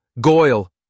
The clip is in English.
Goyle